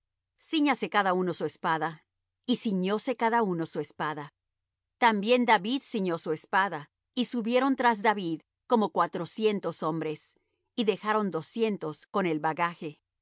hombres cíñase cada uno su espada y ciñóse cada uno su espada también david ciñó su espada y subieron tras david como cuatrocientos hombres y dejaron doscientos con el bagaje